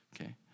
Okay